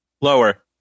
Lower